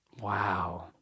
wow